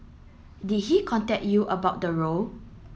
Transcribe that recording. did he contact you about the role